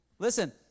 Listen